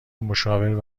مشاور